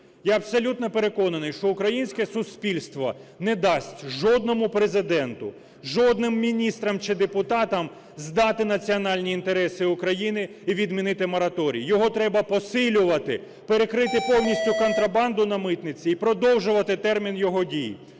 Я абсолютно переконаний, що українське суспільство не дасть жодному Президенту, жодним міністрам чи депутатам здати національні інтереси України і відмінити мораторій. Його треба посилювати, перекрити повністю контрабанду на митниці і продовжувати термін його дії.